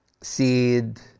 Seed